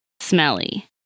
Smelly